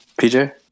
pj